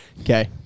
Okay